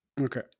Okay